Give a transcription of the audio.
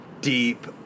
deep